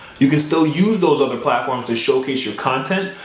you can still use those other platforms to showcase your content,